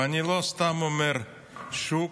ואני לא סתם אומר שהוא,